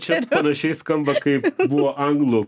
čia panašiai skamba kaip buvo anglų